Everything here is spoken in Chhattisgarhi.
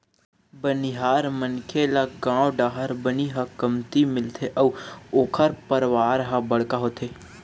बनिहार मनखे ल गाँव डाहर बनी ह कमती मिलथे अउ ओखर परवार ह बड़का होथे